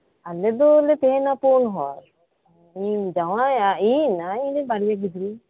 ᱟᱞᱮ ᱫᱚᱞᱮ ᱛᱟᱦᱮᱸᱱᱟ ᱯᱩᱱ ᱦᱚᱲ ᱤᱧ ᱡᱟᱶᱟᱭ ᱟᱨ ᱤᱧ ᱟᱨ ᱤᱧᱨᱮᱱ ᱵᱟᱨᱭᱟ ᱜᱤᱫᱽᱨᱟᱹ